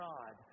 God